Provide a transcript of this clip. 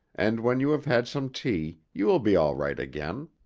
and when you have had some tea, you will be all right again.